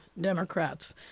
democrats